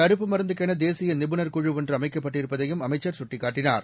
தடுப்பு மருந்துக்கெனதேசியநிபுணர் குழு ஒன்றுஅமைக்கப்பட்டிருப்பதையும் அமைச்சர் சுட்டிக்காட்டினார்